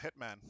Hitman